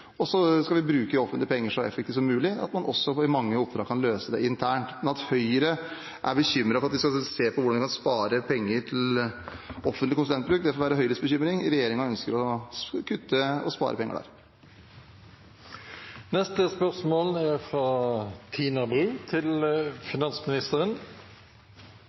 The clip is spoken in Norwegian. penger så effektivt som mulig, f.eks. ved at mange oppdrag løses internt. At Høyre er bekymret over at vi skal se på hvordan vi kan spare penger på offentlig konsulentbruk, får være Høyres bekymring. Regjeringen ønsker å kutte og spare penger